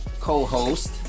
co-host